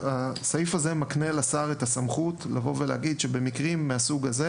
הסעיף הזה מקנה לשר את הסמכות לבוא ולהגיד שבמקרים מהסוג הזה